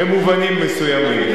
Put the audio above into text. במובנים מסוימים.